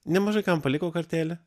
nemažai kam paliko kartėlį